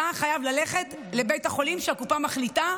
אתה חייב ללכת לבית החולים שהקופה מחליטה,